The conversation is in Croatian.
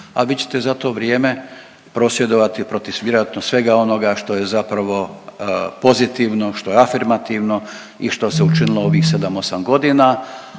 a vi ćete za to vrijeme prosvjedovati protiv vjerojatno svega onoga što je zapravo pozitivno, što je afirmativno i što se učinilo u ovih 7, 8 godina,